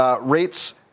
Rates